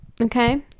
Okay